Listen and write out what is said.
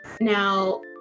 now